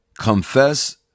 Confess